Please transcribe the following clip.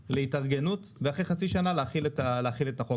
להתארגנות ואחרי חצי שנה להחיל את החוק,